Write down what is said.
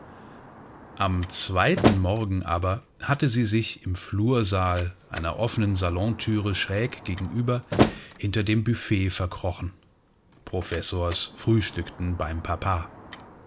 am zweiten morgen aber hatte sie sich im flursaal einer offenen salonthüre schräg gegenüber hinter dem büffett verkrochen professors frühstückten beim papa